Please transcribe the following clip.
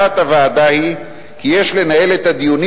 דעת הוועדה היא כי יש לנהל את הדיונים